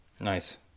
Nice